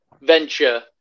venture